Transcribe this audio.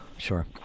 Sure